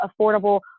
affordable